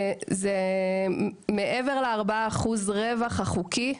מעבר ל-4% רווח החוקי,